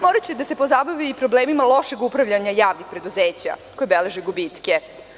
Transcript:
Moraće da se pozabavi i problemima lošeg upravljanja javnim preduzećima koji beleže gubitke.